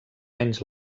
menys